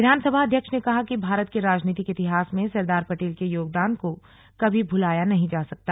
विधानसभा अध्यक्ष ने कहा कि भारत के राजनीतिक इतिहास में सरदार पटेल के योगदान को कभी भुलाया नहीं जा सकता